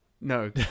No